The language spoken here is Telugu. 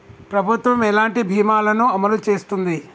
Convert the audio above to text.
ప్రభుత్వం ఎలాంటి బీమా ల ను అమలు చేస్తుంది?